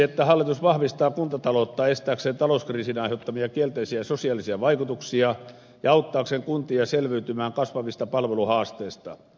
että hallitus vahvistaa kuntataloutta estääkseen talouskriisin aiheuttamia kielteisiä sosiaalisia vaikutuksia ja auttaakseen kuntia selviytymään kasvavista palveluhaasteista